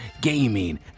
gaming